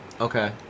okay